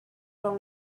from